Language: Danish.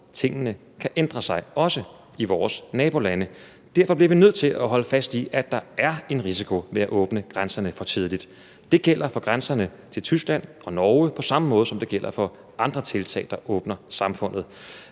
tingene kan ændre sig, også i vores nabolande. Derfor bliver vi nødt til at holde fast i, at der er en risiko ved at åbne grænserne for tidligt. Det gælder for grænserne til Tyskland og Norge på samme måde, som det gælder for andre tiltag, der åbner samfundet.